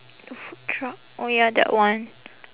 food truck oh ya that one